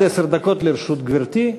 עד עשר דקות לרשות גברתי,